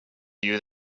you